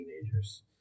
teenagers